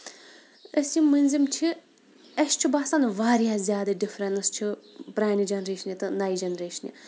أسۍ یِم مٔنٛزِم چھِ اَسہِ چھُ باسان واریاہ زیادٕ ڈِفرنس چھُ پرانہِ جنریشنہِ تہِ نَیہِ جنریشنہِ